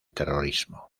terrorismo